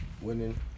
Winning